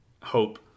hope